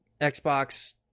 xbox